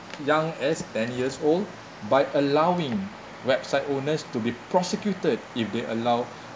young as ten years old by allowing website owners to be prosecuted if they allow